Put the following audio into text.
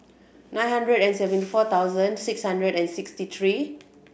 nine hundred and seventy four thousand six hundred and sixty three